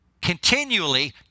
continually